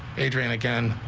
adrian again.